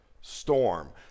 storm